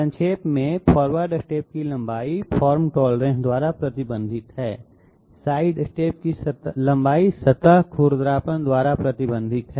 संक्षेप में आगे के कदम की लंबाई फार्म टोलरेंस द्वारा प्रतिबंधित है साइडस्टेप की लंबाई सतह खुरदरापन द्वारा प्रतिबंधित है